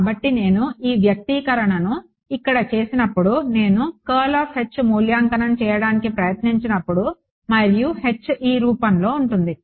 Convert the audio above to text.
కాబట్టి నేను ఈ వ్యక్తీకరణను ఇక్కడ చేసినప్పుడు నేను మూల్యాంకనం చేయడానికి ప్రయత్నించినప్పుడు మరియు H ఈ రూపంలో ఉంటుంది